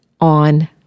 on